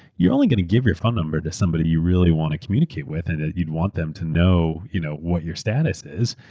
you're only going to give your phone number to somebody you really want to communicate with and you'd want them to know you know what your status is.